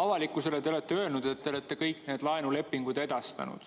Avalikkusele te olete öelnud, et te olete kõik need laenulepingud edastanud.